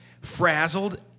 frazzled